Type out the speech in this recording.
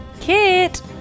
Kit